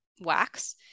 wax